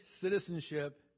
citizenship